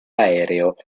aereo